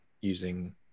using